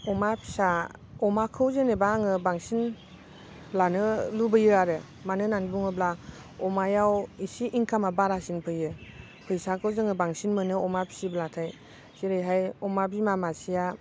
अमा फिसा अमाखौ जेनेबा आङो बांसिन लानो लुबैयो आरो मानो होननानै बुङोब्ला अमायाव एसे इंखामा बारासिन फैयो फैसाखौ जोङो बांसिन मोनो अमा फिसियोब्लाथाय जेरैहाय अमा बिमा मासेया